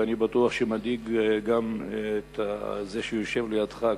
ואני בטוח שגם מדאיג את זה שיושב לידך,